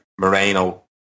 Moreno